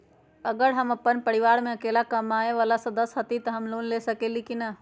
अगर हम अपन परिवार में अकेला कमाये वाला सदस्य हती त हम लोन ले सकेली की न?